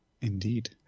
Indeed